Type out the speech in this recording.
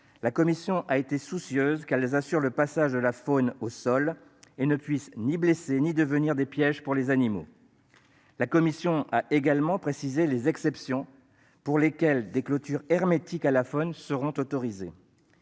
la commission a été attentive à ce que celles-ci assurent le passage de la faune au sol et ne puissent ni blesser ni devenir des pièges pour les animaux. La commission a également précisé les exceptions pour lesquelles des clôtures hermétiques à la faune seront autorisées.